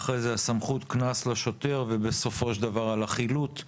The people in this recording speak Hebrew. אחרי זה הסמכות קנס לשוטר ובסופו של דבר על החילוט.